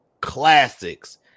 classics